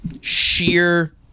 sheer